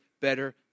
better